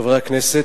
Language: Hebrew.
חברי הכנסת,